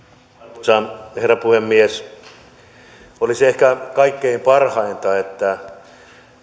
arvoisa herra puhemies olisi ehkä kaikkein parhainta että